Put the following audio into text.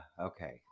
okay